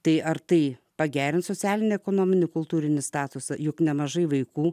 tai ar tai pagerins socialinę ekonominį kultūrinį statusą juk nemažai vaikų